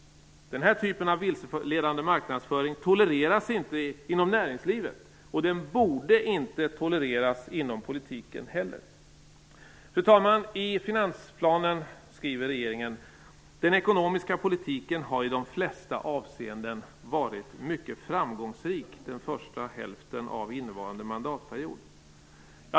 Denna typ av vilseledande marknadsföring tolereras inte inom näringslivet och borde inte tolereras inom politiken heller. Fru talman! I finansplanen skriver regeringen: "Den ekonomiska politiken har i de flesta avseenden varit mycket framgångsrik den första hälften av innevarande mandatperiod."